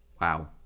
Wow